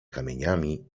kamieniami